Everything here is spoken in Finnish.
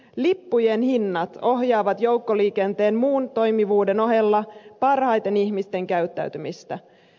lippujen hinnat ohjaavat joukkoliikenteen muun toimivuuden ohella parhaiten ihmisten käyttäytymistä